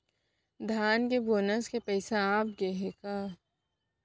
धान के बोनस के पइसा आप गे हे का?